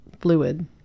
fluid